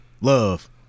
Love